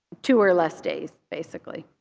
two or less days, basically.